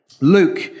Luke